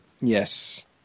Yes